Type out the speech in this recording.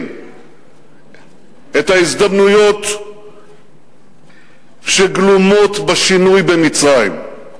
את ההזדמנויות שגלומות בשינוי במצרים.